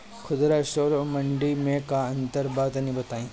खुदरा स्टोर और मंडी में का अंतर बा तनी बताई?